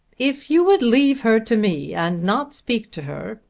if you would leave her to me and not speak to her,